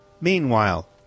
Meanwhile